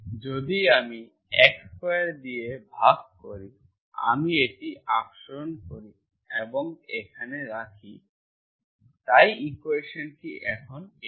যদি আমি x2 দিয়ে ভাগ করি আমি এটি অপসারণ করি এবং এখানে রাখি x dy y dxx21 yx2 dx তাই ইকুয়েশন্টি এখন এটাই